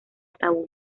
tabú